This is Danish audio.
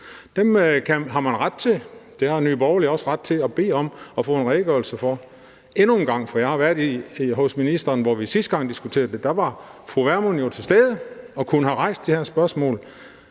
Det har man ret til, og Nye Borgerlige har også ret til at bede om at få en redegørelse for det endnu en gang. For jeg har tidligere været hos ministeren og diskuteret det, og der var fru Pernille Vermund jo til stede og kunne have rejst det her spørgsmål.